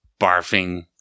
barfing